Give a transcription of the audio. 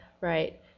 Right